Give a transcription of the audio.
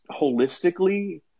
holistically